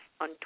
on